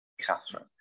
Catherine